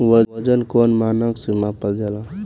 वजन कौन मानक से मापल जाला?